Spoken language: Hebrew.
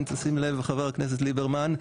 אם תשים לב חבר הכנסת ליברמן,